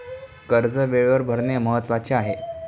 कर्ज वेळेवर भरणे महत्वाचे आहे